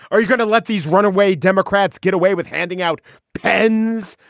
are you going to let these runaway democrats get away with handing out pens?